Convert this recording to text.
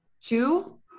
Two